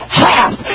half